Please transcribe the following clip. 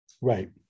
Right